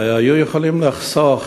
היו יכולים לחסוך